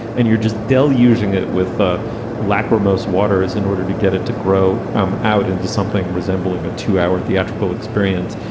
and you're just del. using it with ah lachrymose waters in order to get it to grow um out into something resembling a two hour theatrical experience.